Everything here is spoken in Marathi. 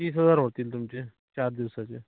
तीस हजार होतील तुमचे चार दिवसाचे